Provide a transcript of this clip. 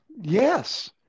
Yes